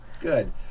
Good